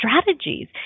strategies